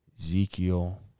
Ezekiel